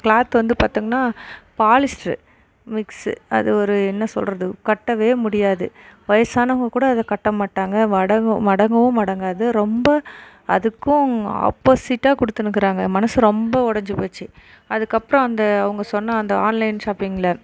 cloth வந்து பார்த்திங்கனா polyester mix அது ஒரு என்ன சொல்கிறது கட்டவே முடியாது வயசானவங்கள் கூட அதை கட்ட மாட்டாங்கள் வடங்கும் மடங்கவும் மடங்காது ரொம்ப அதுக்கும் ஆப்போசிட்டாக கொடுதுன்னுக்குறாங்க மனசு ரொம்ப உடஞ்சி போச்சு அதுக்கப்றம் அந்த அவங்க சொன்ன அந்த ஆன்லைன் ஷாப்பிங்ல